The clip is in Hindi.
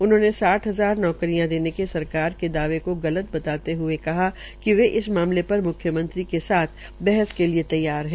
उन्होंने साठ हजार नौकरियां देने के सरकार के दावे को गलत बताते हये कहा कि वे इस मामले पर मुख्यमंत्री के साथ बहस के लिये तैयार है